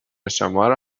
شمارو